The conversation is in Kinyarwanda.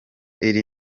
iri